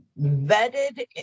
Vetted